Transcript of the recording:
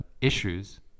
issues